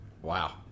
Wow